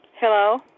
Hello